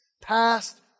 past